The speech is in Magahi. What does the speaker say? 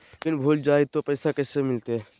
पिन भूला जाई तो पैसा कैसे मिलते?